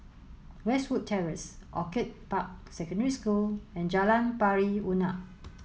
Westwood Terrace Orchid Park Secondary School and Jalan Pari Unak